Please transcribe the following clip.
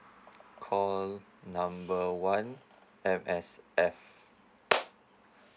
call number one M_S_F